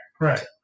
Right